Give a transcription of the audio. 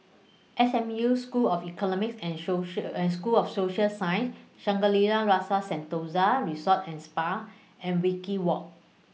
S M U School of Economics and and School of Social Sciences Shangri La's Rasa Sentosa Resort and Spa and Wajek Walk